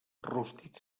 rostit